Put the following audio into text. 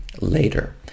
later